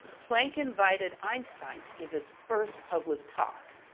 planck invited einstein to give his first public talk.